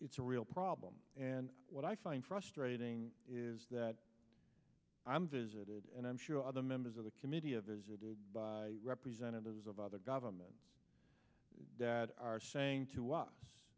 it's a real problem and what i find frustrating is that i'm visited and i'm sure other members of the committee a visit by representatives of other governments that are saying to us